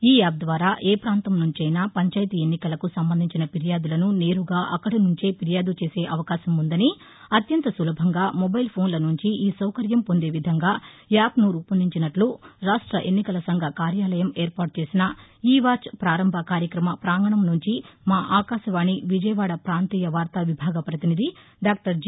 ఈ యాప్ ద్వారా ఏ ప్రాంతం నుంచైనా పంచాయతీ ఎన్నికలకు సంబంధించిన ఫిర్యాదులను నేరుగా అక్కడ నుందే ఫిర్యాదులు చేసే అవకాశం వుందని అత్యంత సులభంగా మొబైల్ ఫోన్ల నుంచి ఈ సౌకర్యం పొందే విధంగా యాప్ను రూపొందించినట్టు రాష్ట ఎన్నికల సంఘ కార్యాలయం ఏర్పాటు చేసిన ఈ వాచ్ పారంభ కార్యక్రమ ప్రాంగణం నుంచి మా ఆకాశవాణి విజయవాడ ప్రాంతీయ వారా విభాగ పతినిధి డా జి